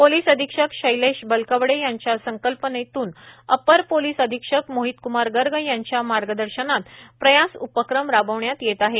police अधीक्षक शैलेश बलकवडे यांच्या संकल्पनेतून अपर पोलिस अधीक्षक मोहितक्मार गर्ग यांच्या मार्गदर्शनात प्रयास उपक्रम राबविण्यात येत आहे